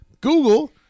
Google